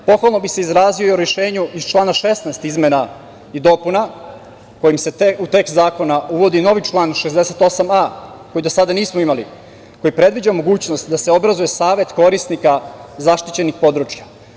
Pohvalno bih se izrazio i o rešenju iz člana 16. izmena i dopuna, kojim se u tekst zakona uvodi novi član 68a, koji do sada nismo imali, koji predviđa mogućnost da se obrazuje savet korisnika zaštićenih područja.